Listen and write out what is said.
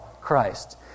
Christ